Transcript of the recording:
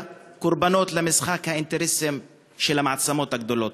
קורבנות למשחק האינטרסים של המעצמות הגדולות.